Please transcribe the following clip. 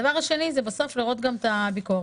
הדבר שני, צריך בסוף לראות גם את הביקורת.